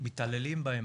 מתעללים בהם,